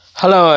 Hello